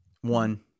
One